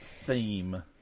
theme